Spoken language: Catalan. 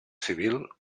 civil